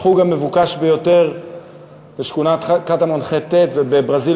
החוג המבוקש ביותר בשכונת קטמון ח'-ט' ובברזיל,